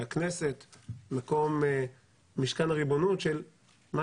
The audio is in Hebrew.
שהכנסת היא מקום משכן הריבונות של מה